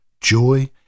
joy